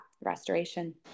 restoration